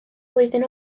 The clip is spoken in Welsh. mlwyddyn